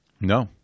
No